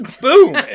Boom